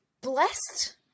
blessed